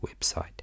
website